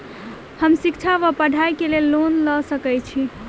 हम शिक्षा वा पढ़ाई केँ लेल लोन लऽ सकै छी?